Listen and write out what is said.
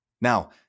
Now